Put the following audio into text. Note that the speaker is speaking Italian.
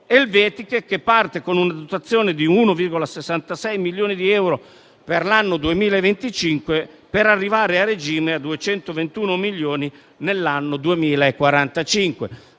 italo-elvetiche, che parte con una dotazione di 1,66 milioni di euro per l'anno 2025, per arrivare a regime a 221 milioni nell'anno 2045.